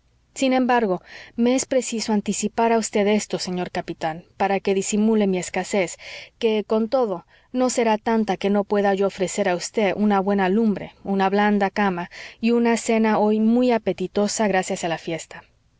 sin embargo me es preciso anticipar a vd esto señor capitán para que disimule mi escasez que con todo no será tanta que no pueda yo ofrecer a vd una buena lumbre una blanda cama y una cena hoy muy apetitosa gracias a la fiesta